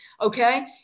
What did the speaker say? okay